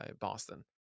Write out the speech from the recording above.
Boston